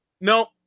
No